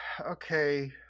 Okay